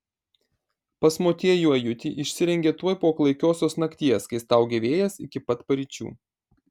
pas motiejų ajutį išsirengė tuoj po klaikiosios nakties kai staugė vėjas iki pat paryčių